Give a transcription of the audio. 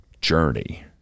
journey